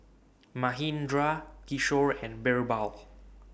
Manindra Kishore and Birbal